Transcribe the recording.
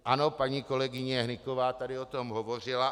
Ano, paní kolegyně Hnyková tady o tom hovořila.